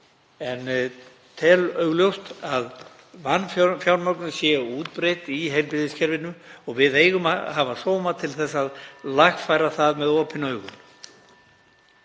Ég tel augljóst að vanfjármögnun sé útbreidd í heilbrigðiskerfinu og við eigum að hafa sóma til að lagfæra það með opin augun.